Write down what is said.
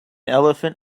elephant